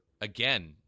again